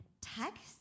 text